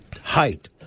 height